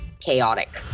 chaotic